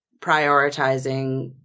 prioritizing